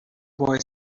boy